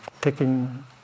taking